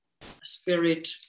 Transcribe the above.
spirit